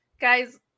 Guys